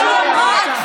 היה לי ספק.